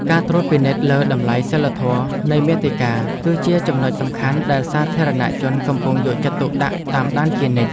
ការត្រួតពិនិត្យលើតម្លៃសីលធម៌នៃមាតិកា គឺជាចំណុចសំខាន់ដែលសាធារណជនកំពុងយកចិត្តទុកដាក់តាមដានជានិច្ច។